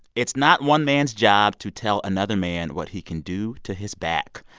it's not one man's job to tell another man what he can do to his back.